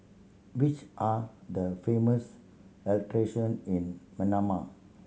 which are the famous attraction in Manama